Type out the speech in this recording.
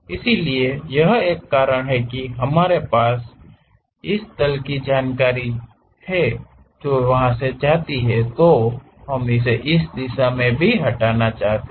इसलिए यह एक कारण है कि हमारे पास इस तल की जानकारी है जो जाती है और हम इसे इस दिशा में भी हटाना चाहते हैं